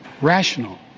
rational